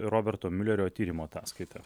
roberto miulerio tyrimo ataskaita